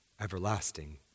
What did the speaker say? Everlasting